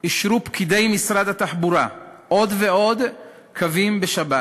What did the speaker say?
אישרו פקידי משרד התחבורה עוד ועוד קווים בשבת,